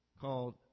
called